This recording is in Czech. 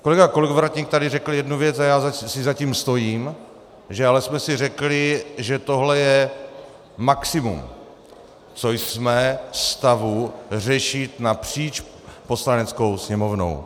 Kolega Kolovratník tady řekl jednu věc a já si za tím stojím, že ale jsme si řekli, že tohle je maximum, co jsme v stavu řešit napříč Poslaneckou sněmovnou.